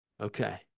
Okay